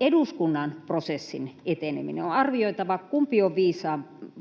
eduskunnan prosessin eteneminen. On arvioitava, kumpi on